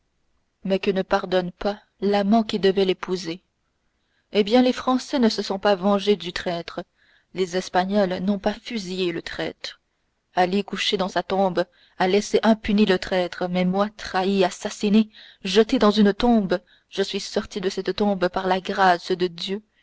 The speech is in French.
mais que ne pardonne pas l'amant qui devait l'épouser eh bien les français ne se sont pas vengés du traître les espagnols n'ont pas fusillé le traître ali couché dans sa tombe a laissé impuni le traître mais moi trahi assassiné jeté aussi dans une tombe je suis sorti de cette tombe par la grâce de dieu